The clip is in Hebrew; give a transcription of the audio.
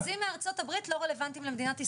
אחוזים מארצות הברית, לא רלוונטיים למדינת ישראל.